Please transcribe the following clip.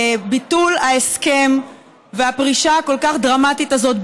ביטול ההסכם והפרישה הכל-כך דרמטית הזאת,